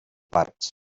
parts